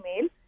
mail